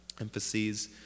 emphases